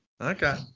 Okay